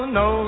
no